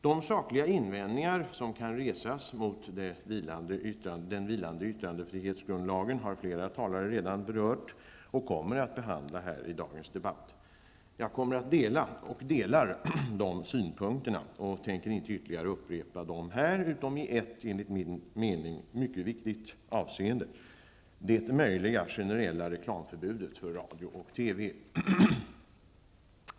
De sakliga invändningar som kan resas mot den vilande yttrandefrihetsgrundlagen har flera talare redan berört i dagens debatt. Jag delar de synpunkterna och tänker inte ytterligare upprepa dem här, utom i ett, enligt min mening, mycket viktigt avseende: det möjliga, generella reklamförbudet för radio och TV.